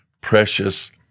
precious